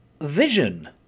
vision